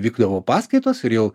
vykdavo paskaitos ir jau